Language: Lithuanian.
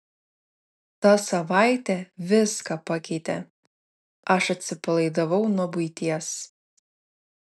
ta savaitė viską pakeitė aš atsipalaidavau nuo buities